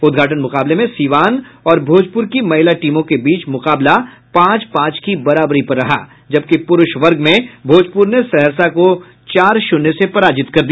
उद्घाटन मुकाबले में सिवान और भोजपुर की महिला टीमों के बीच मुकाबला पांच पांच की बराबरी पर रहा जबकि प्रूरष वर्ग में भोजपूर ने सहरसा को चार शुन्य से पराजित कर दिया